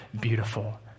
beautiful